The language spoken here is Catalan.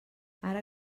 ara